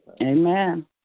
Amen